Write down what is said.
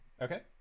Okay